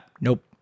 Nope